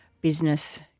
business